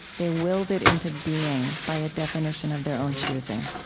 they willed it into being by a definition of their own choosing.